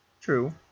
True